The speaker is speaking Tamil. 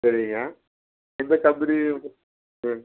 சரிங்க எந்த கம்பெனி சரி